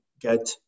get